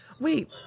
wait